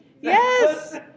Yes